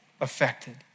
affected